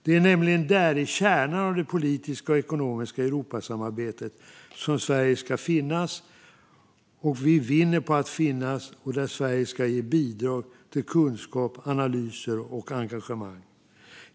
Det är i kärnan av det politiska och ekonomiska Europasamarbetet som Sverige ska finnas, vinner på att finnas, och där Sverige ska bidra till kunskap, analyser och engagemang.